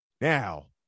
now